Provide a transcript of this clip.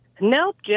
Nope